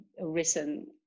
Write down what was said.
recent